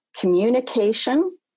communication